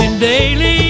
Daily